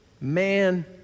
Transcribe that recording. man